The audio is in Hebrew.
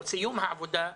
או סיום העבודה,